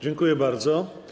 Dziękuję bardzo.